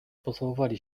pocałowali